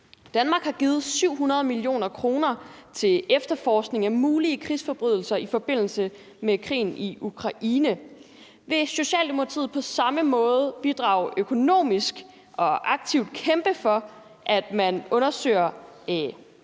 Danmark har givet 700 mio. kr. til efterforskning af mulige krigsforbrydelser i forbindelse med krigen i Ukraine. Vil Socialdemokratiet bidrage økonomisk til og aktivt kæmpe for, at man undersøger